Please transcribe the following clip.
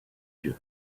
yeux